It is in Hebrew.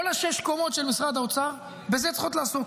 כל שש הקומות של משרד האוצר בזה צריכות לעסוק.